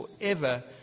forever